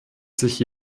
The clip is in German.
sich